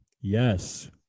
Yes